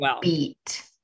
beat